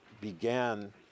began